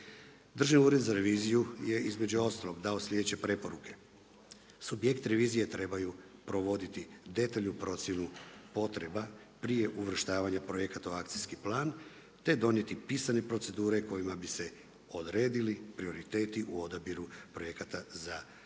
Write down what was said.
Državni ured za reviziju je između ostalog dao sljedeće preporuke: Subjekti revizije trebaju provoditi detaljnu procjenu potreba prije uvrštavanja projekata u akcijski plan, te donijeti pisane procedure kojima bi se odredili prioriteti u odabiru projekata za pomoći